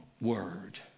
word